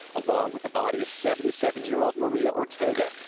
along with the body of seventy seven year old maria ortega,